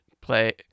play